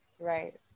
Right